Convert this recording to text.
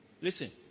Listen